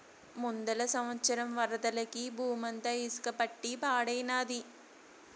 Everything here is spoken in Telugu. ముందల సంవత్సరం వరదలకి బూమంతా ఇసక పట్టి పాడైనాది